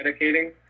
medicating